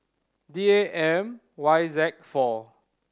D A M Y Z four